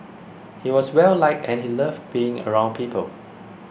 he was well liked and he loved being around people